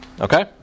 Okay